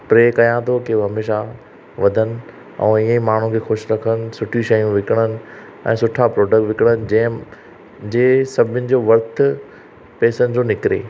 pray कयां थो कि उहो हमेशह वधनि ऐं हीअं माण्हूं खे ख़ुशि रखनि सुठी शयूं विकणनि ऐं सुठा प्रोडक्ट विकणनि जे जे सभिनि जो व्यर्थ पैसनि जो निकरे